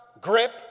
grip